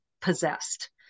possessed